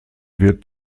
wird